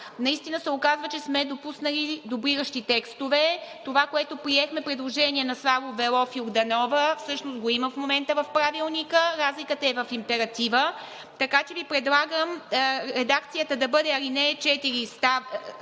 Наистина се оказва, че сме допуснали дублиращи текстове. Това предложение, което приехме на Славов, Велов и Йорданова, всъщност го има в момента в Правилника. Разликата е в императива, така че Ви предлагам редакцията да бъде досегашната